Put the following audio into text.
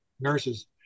nurses